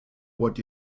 what